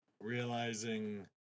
realizing